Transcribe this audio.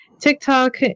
TikTok